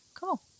cool